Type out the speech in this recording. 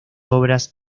obras